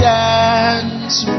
dance